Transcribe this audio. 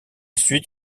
suit